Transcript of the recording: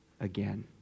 again